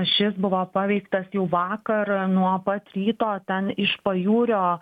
šis buvo paveiktas jau vakar nuo pat ryto ten iš pajūrio